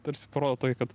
tarsi parodo tokį kad